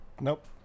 nope